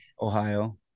ohio